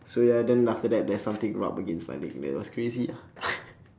so ya then after that there's something rub against my leg man it was crazy ah